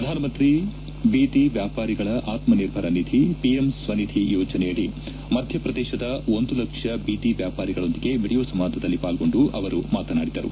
ಪ್ರಧಾನಮಂತ್ರಿ ಬೀದಿ ವ್ಯಾಪಾರಿಗಳ ಆತ್ಮನಿರ್ಭರ ನಿಧಿ ಪಿಎಂ ಸ್ವನಿಧಿ ಯೋಜನೆಯಡಿ ಮದ್ಯ ಪ್ರದೇಶದ ಒಂದು ಲಕ್ಷ ಬೀದಿ ವ್ಯಾಪಾರಿಗಳೊಂದಿಗೆ ವಿಡಿಯೋ ಸಂವಾದದಲ್ಲಿ ಪಾಲ್ಗೊಂಡು ಅವರು ಮಾತನಾಡಿದರು